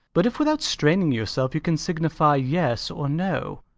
but if, without straining yourself, you can signify yes or no,